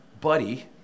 buddy